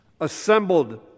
Assembled